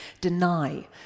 deny